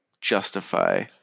justify